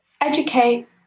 educate